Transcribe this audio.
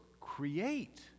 create